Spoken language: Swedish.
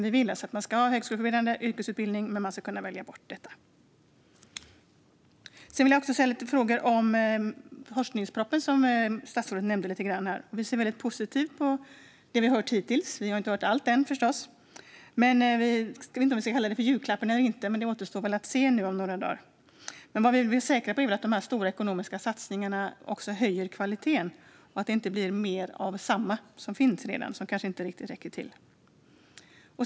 Vi vill alltså att det ska finnas högskoleförberedande yrkesutbildning men att man ska kunna välja bort de högskoleförberedande ämnena. Sedan har jag några frågor om forskningspropositionen, som statsrådet nämnde. Vi är väldigt positiva till det som vi har hört hittills. Vi har förstås inte hört allt ännu. Jag vet inte om vi ska kalla det julklapp eller inte; det återstår väl att se om några dagar. Vad vi vill vara säkra på är att de stora ekonomiska satsningarna också höjer kvaliteten och att det inte blir mer av samma som redan finns och som kanske inte riktigt räcker till.